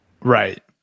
right